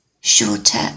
Shorter